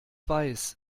weiß